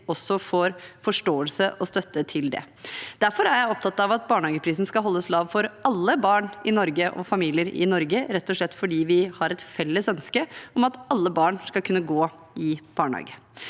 får forståelse og støtte til det. Derfor er jeg opptatt av at barnehageprisen skal holdes lav for alle barn og familier i Norge, rett og slett fordi vi har et felles ønske om at alle barn skal kunne gå i barnehage.